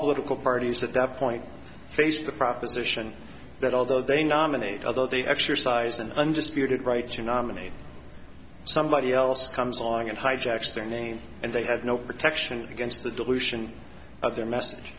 political parties at that point face the proposition that although they nominate other they exercise an undisputed right to nominate somebody else comes along and hijacks their name and they have no protection against the dilution of their message